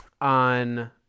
on